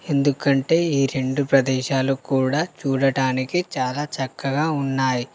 ఎందుకంటే ఈ రెండు ప్రదేశాలు కూడా చూడటానికి చాలా చక్కగా ఉన్నాయి